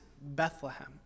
Bethlehem